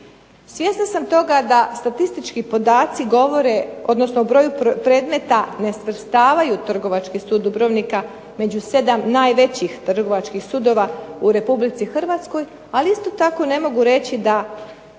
Svjesna sam toga da statistički podaci govore, odnosno broju predmeta ne svrstavaju trgovački sud Dubrovnika među 7 najvećih trgovačkih sudova u Republici Hrvatskoj, ali isto tako ne mogu reći da